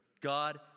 god